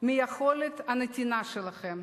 מיכולת הנתינה שלכם,